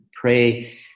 pray